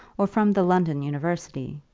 or from the london university.